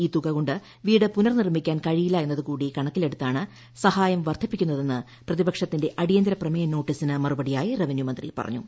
ഈ തുക കൊണ്ട് വീട് പുനർനിർമിക്കാൻ കഴിയില്ല എന്നത് കൂടി കണക്കിലെടുത്താണ് സഹായം വർദ്ധിപ്പിക്കുന്നതെന്ന് പ്രതിപക്ഷത്തിന്റെ അടിയന്തര പ്രമേയ നോട്ടീസിന് മറുപടിയായി റവന്യുമന്ത്രി പറഞ്ഞു